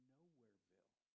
Nowhereville